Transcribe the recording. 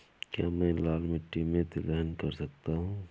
क्या मैं लाल मिट्टी में तिलहन कर सकता हूँ?